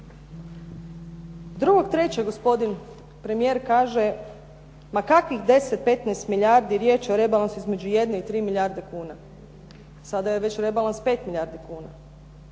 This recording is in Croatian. toga. 2. 3. gospodin premijer kaže ma kakvih 10, 15 milijardi, riječ je o rebalansu između jedne i tri milijarde kuna, sada je već rebalans 5 milijardi kuna.